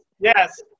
yes